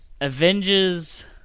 Avengers